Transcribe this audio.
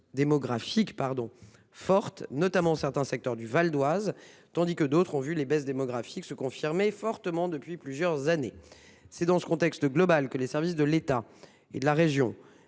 démographique forte, notamment certains secteurs du Val-d'Oise, tandis que d'autres ont vu leur baisse démographique se confirmer fortement depuis plusieurs années. C'est dans ce contexte que les services de l'État et de la région